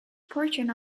portion